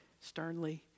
sternly